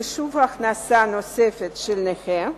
חישוב הכנסה נוספת של נכה)